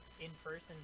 in-person